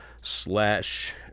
slash